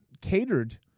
catered